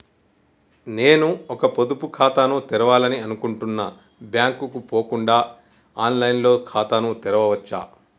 నేను ఒక కొత్త పొదుపు ఖాతాను తెరవాలని అనుకుంటున్నా బ్యాంక్ కు పోకుండా ఆన్ లైన్ లో ఖాతాను తెరవవచ్చా?